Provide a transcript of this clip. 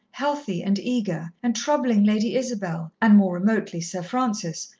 healthy and eager, and troubling lady isabel, and, more remotely, sir francis,